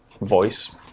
voice